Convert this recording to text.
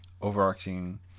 overarching